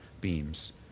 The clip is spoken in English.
beams